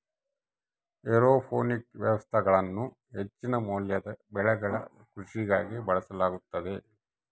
aeroponic ವ್ಯವಸ್ಥೆಗಳನ್ನು ಹೆಚ್ಚಿನ ಮೌಲ್ಯದ ಬೆಳೆಗಳ ಕೃಷಿಗಾಗಿ ಬಳಸಲಾಗುತದ